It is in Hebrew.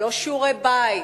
לא שיעורי-בית,